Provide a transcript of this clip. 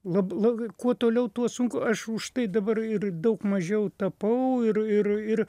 lab blog kuo toliau tuo sunku aš užtai dabar ir daug mažiau tapau ir ir ir